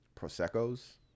prosecco's